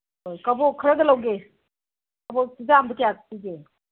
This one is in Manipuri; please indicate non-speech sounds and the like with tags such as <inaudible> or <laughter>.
ꯍꯣꯏ ꯀꯕꯣꯛ ꯈꯔꯒ ꯂꯧꯒꯦ ꯀꯕꯣꯛ <unintelligible> ꯑꯃꯗ ꯀꯌꯥ ꯄꯤꯔꯤꯒꯦ